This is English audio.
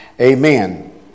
amen